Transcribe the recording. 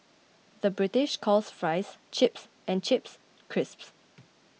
the British calls Fries Chips and Chips Crisps